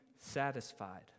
satisfied